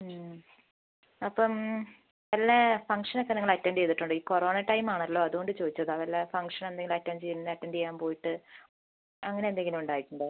അപ്പം പിന്നെ ഫംഗ്ഷനൊക്കെ അറ്റൻഡ് ചെയ്തിട്ടുണ്ടോ ഈ കൊറോണ ടൈം ആണല്ലോ അതുകൊണ്ട് ചോദിച്ചതാണ് വല്ല ഫംഗ്ഷൻ എന്തേലും അറ്റൻഡ് ചെയ്യാൻ പോയിട്ട് അങ്ങനെ എന്തെങ്കിലും ഉണ്ടായിട്ടുണ്ടോ